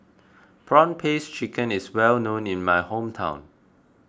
Prawn Paste Chicken is well known in my hometown